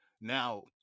Now